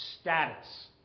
status